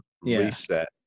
reset